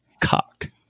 Cock